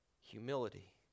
Humility